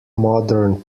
modern